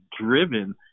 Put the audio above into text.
driven